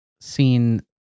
seen